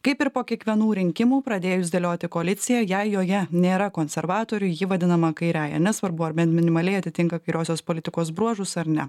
kaip ir po kiekvienų rinkimų pradėjus dėlioti koaliciją jei joje nėra konservatorių ji vadinama kairiąja nesvarbu ar bent minimaliai atitinka kairiosios politikos bruožus ar ne